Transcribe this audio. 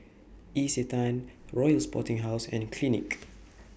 Isetan Royal Sporting House and Clinique